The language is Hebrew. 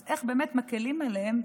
אז איך באמת מקילים עליהם?